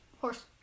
horse